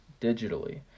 digitally